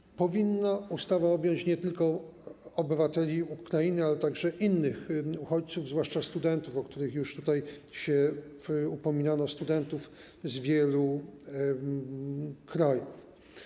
Ustawa powinna objąć nie tylko obywateli Ukrainy, ale także innych uchodźców, zwłaszcza studentów, o których już tutaj się upominano, studentów z wielu krajów.